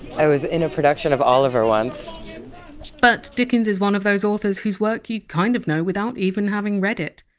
i was in a production of oliver! once but dickens is one of those authors whose work you kind of know without even having read it.